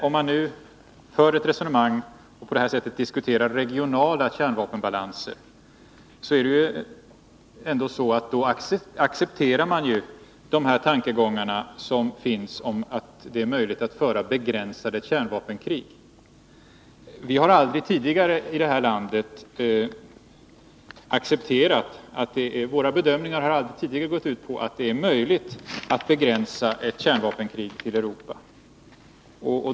Om man diskuterar regionala kärnvapenbalanser accepterar man de tankegångar som finns, att det är möjligt att föra begränsade kärnvapenkrig. Vi har aldrig tidigare här i landet accepterat den tanken. Våra bedömningar har aldrig tidigare gått ut på att det är möjligt att begränsa ett kärnvapenkrig till Europa.